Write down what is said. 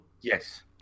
Yes